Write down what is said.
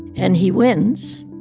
and he wins.